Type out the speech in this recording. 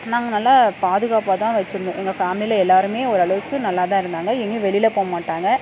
நாங்கள் நல்லா பாதுகாப்பாக தான் வச்சுருந்தோம் எங்கள் ஃபேமிலியில் எல்லோருமே ஓரளவுக்கு நல்லா தான் இருந்தாங்க எங்கேயும் வெளியில் போகமாட்டாங்க